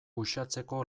uxatzeko